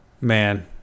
Man